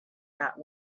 that